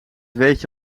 weetje